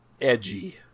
edgy